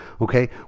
okay